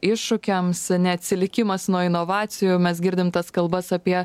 iššūkiams neatsilikimas nuo inovacijų mes girdim tas kalbas apie